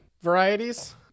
varieties